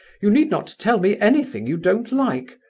you need not tell me anything you don't like.